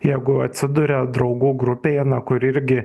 jeigu atsiduria draugų grupėje na kur irgi